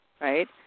Right